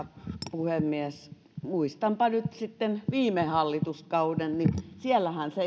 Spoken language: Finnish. puhemies muistanpa nyt sitten viime hallituskauden siellähän se